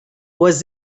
was